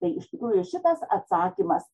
tai iš tikrųjų šitas atsakymas